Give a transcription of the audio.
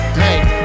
make